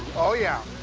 oh yeah,